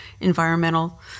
environmental